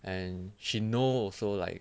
and she know so like